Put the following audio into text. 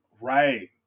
Right